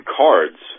cards